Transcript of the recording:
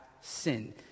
sin